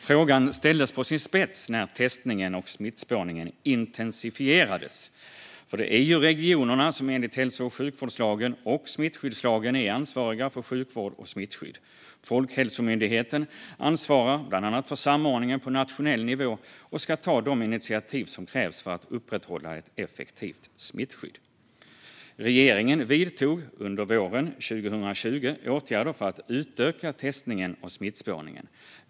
Frågan ställdes på sin spets när testningen och smittspårningen intensifierades. Det är ju regionerna som enligt hälso och sjukvårdslagen och smittskyddslagen är ansvariga för sjukvård och smittskydd. Folkhälsomyndigheten ansvarar bland annat för samordningen på nationell nivå och ska ta de initiativ som krävs för att upprätthålla ett effektivt smittskydd. Regeringen vidtog under våren 2020 åtgärder för att utöka testningen och smittspårningen.